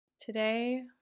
Today